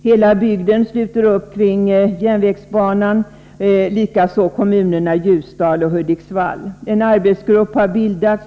Hela bygden sluter upp kring järnvägsbanan, likaså kommunerna Ljusdal och Hudiksvall.